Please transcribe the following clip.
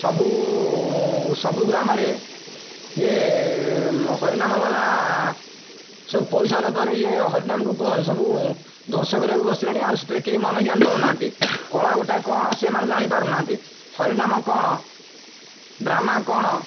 ସବୁ ସବୁ ଗ୍ରାମରେ ଇଏ ହରିନାମ ବାଲା ସବୁ ପଇସା ଲୋଭରେ ଇଏ ହରିନାମକୁ ସବୁ ଧ୍ୱଂସ କରିବାକୁ ବସିଲାଣି ଆଉ ସେଥିରେ କେହି ମନେ ଜ୍ଞାନ ଦେଉନାହାନ୍ତି କଳା ଗୋଟାଏ କ'ଣ ସେମାନେ ଜାଣିପାରୁନାହାନ୍ତି ହରିନାମ କ'ଣ ଡ୍ରାମା କ'ଣ